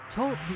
Talk